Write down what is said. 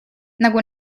nagu